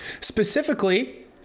specifically